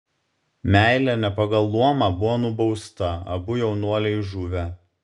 meilė ne pagal luomą buvo nubausta abu jaunuoliai žuvę